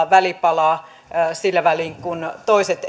välipalaa sillä välin kun toiset